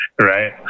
right